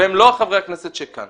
והם לא חברי הכנסת שכאן